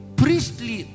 priestly